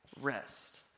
Rest